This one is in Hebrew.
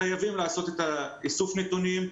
חייבים לעשות איסוף נתונים.